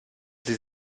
sie